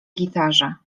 gitarze